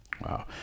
Wow